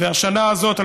והשנה הזאת,